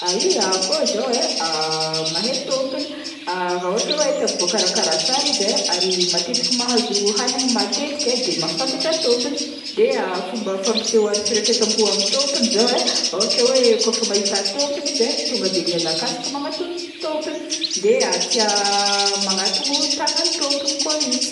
Ah e akoho zao e, mahay tômpony raha ohatra hoe tegna voakarakara tsara izy e, ary matetiky mahazo hagniny matetiky, de mahafantatra tômpony, fomba fampisehoagny firaketam-po amy tômpony zao, kaofa mahita tômpony zao tonga de mihazakazaka magnatony tômpony de tià magnatony tagnagn'ny tômpony koa izy.